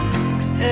Cause